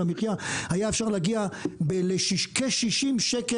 המחייה היה אפשר להגיע לכ-60 שקלים